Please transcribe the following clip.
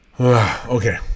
okay